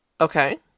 Okay